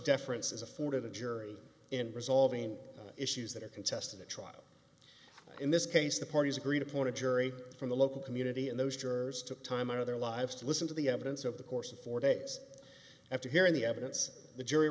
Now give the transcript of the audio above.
deference is afforded a jury in resolving issues that are contested at trial in this case the parties agreed upon a jury from the local community and those jurors took time out of their lives to listen to the evidence of the course of four days after hearing the evidence the jury